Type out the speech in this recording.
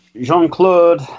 Jean-Claude